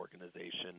organization